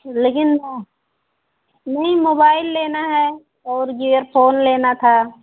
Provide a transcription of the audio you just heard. लेकिन नहीं मोबाइल लेना है और ईयर फोन लेना था